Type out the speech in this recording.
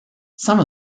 some